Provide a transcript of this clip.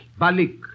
Balik